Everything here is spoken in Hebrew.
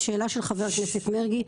לשאלה של חבר הכנסת מרגי,